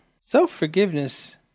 Self-forgiveness